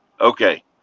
okay